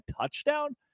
touchdown